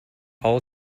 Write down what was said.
all